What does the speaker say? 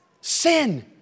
Sin